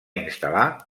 instal·lar